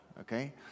Okay